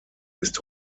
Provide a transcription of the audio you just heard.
ist